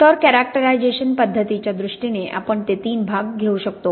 तर कॅरॅक्टरायझेशन पद्धतीच्या दृष्टीने आपण ते तीन भागात घेऊ शकतो